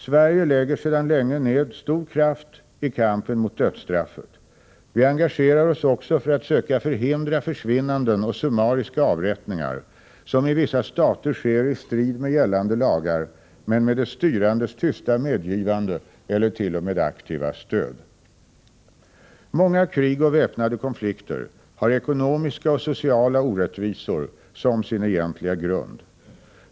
Sverige lägger sedan länge ned stor kraft i kampen mot dödsstraffet. Vi engagerar oss också för att söka förhindra försvinnanden och summariska avrättningar som i vissa stater sker i strid med gällande lagar, men med de styrandes tysta medgivande eller t.o.m. aktiva stöd. Många krig och väpnade konflikter har ekonomiska och sociala orättvisor som sin egentliga grund.